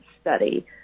study